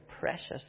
precious